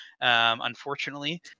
unfortunately